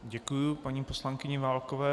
Děkuji paní poslankyni Válkové.